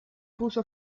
puso